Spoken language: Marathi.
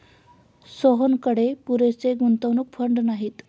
सोहनकडे पुरेसे गुंतवणूक फंड नाहीत